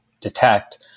detect